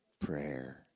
Prayer